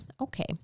okay